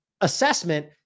assessment